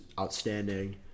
outstanding